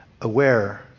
aware